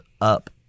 up